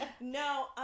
No